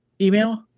Email